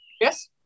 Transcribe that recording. Yes